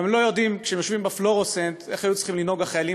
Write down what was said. הם גם לא יודעים כשיושבים תחת הפלורוסנט איך היו צריכים לנהוג החיילים